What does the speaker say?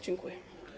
Dziękuję.